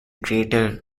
crater